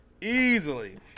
Easily